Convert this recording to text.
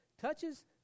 touches